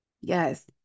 Yes